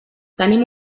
tenim